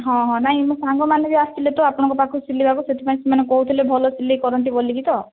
ହଁ ହଁ ନାଇଁ ମୋ ସାଙ୍ଗମାନେ ବି ଆସିଥିଲେ ତ ଆପଣଙ୍କ ପାଖକୁ ସିଲେଇବାକୁ ସେଥିପାଇଁ ସେମାନେ କହୁଥିଲେ ଭଲ ସିଲେଇ କରନ୍ତି ବୋଲିକି ତ